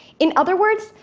in other words,